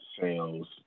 sales